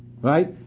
Right